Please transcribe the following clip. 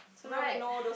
right